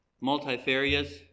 multifarious